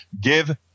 give